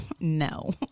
no